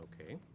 Okay